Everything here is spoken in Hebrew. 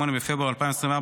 28 בפברואר 2024,